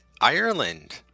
Ireland